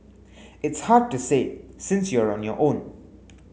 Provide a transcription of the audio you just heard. it's hard to say since you're on your own